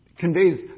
conveys